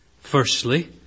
Firstly